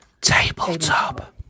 Tabletop